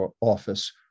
office